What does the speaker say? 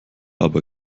aber